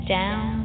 down